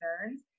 concerns